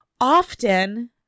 Often